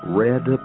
red